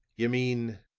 you mean,